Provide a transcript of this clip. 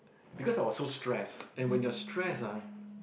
because I was so stressed and when you're stressed ah